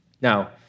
Now